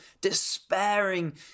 despairing